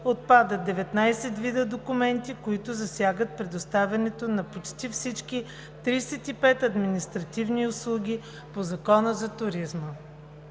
отпадат 19 вида документи, които засягат предоставянето на почти всички 35 административни услуги по Закона за туризма.